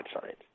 science